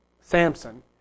Samson